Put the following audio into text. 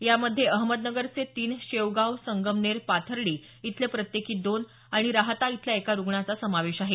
यामध्ये अहमदनगरचे तीन शेवगाव संगमनेर पाथर्डी इथले प्रत्येकी दोन आणि राहाता इथल्या एका रुग्णाचा समावेश आहे